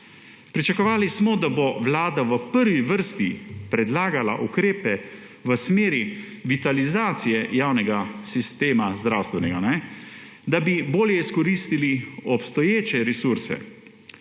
Pričakovali smo, da bo Vlada v prvi vrsti predlagala ukrepe v smeri vitalizacije javnega zdravstvenega sistema, da bi bolje izkoristili obstoječe resurse,